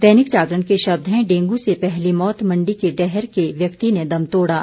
दैनिक जागरण के शब्द हैं डेंगू से पहली मोत मंडी के डैहर के व्यक्ति ने दम तोड़ा